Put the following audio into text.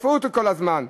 כפו אותו כל הזמן,